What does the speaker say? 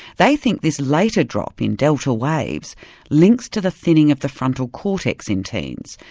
they think this later drop in delta waves links to the thinning of the frontal cortex in teens,